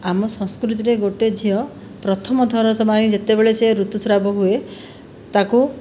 ଆମ ସଂସ୍କୃତିରେ ଗୋଟିଏ ଝିଅ ପ୍ରଥମଥର ପାଇଁ ଯେତେବେଳେ ସେ ଋତୁସ୍ରାବ ହୁଏ ତାକୁ